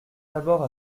d’abord